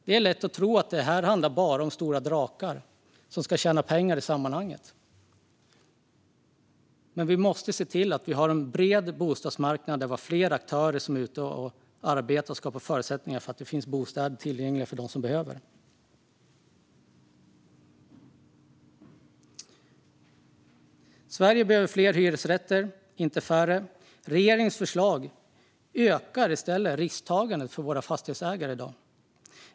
Det är lätt att tro att det bara handlar om stora drakar som ska tjäna pengar i sammanhanget, men vi måste se till att det finns en bred bostadsmarknad med flera aktörer som skapar förutsättningar för att det ska finnas tillgängliga bostäder för dem som behöver bostäder. Sverige behöver fler hyresrätter, inte färre. Regeringens förslag ökar i stället risktagandet för fastighetsägarna.